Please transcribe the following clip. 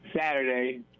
Saturday